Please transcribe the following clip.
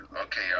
Okay